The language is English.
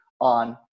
on